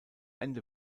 ende